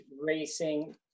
racing